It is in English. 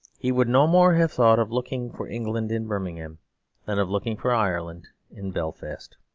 he would no more have thought of looking for england in birmingham than of looking for ireland in belfast.